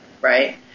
right